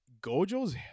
Gojo's